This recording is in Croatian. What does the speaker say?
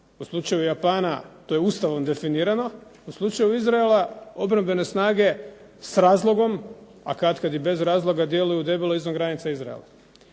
U slučaju Japana to je Ustavom definirano, u slučaju Izraela obrambene snage s razlogom, a katkad i bez razloga djeluju debelo izvan granica Izraela.